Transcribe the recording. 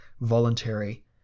voluntary